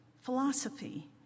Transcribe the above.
Philosophy